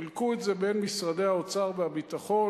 חילקו את זה בין משרדי האוצר והביטחון,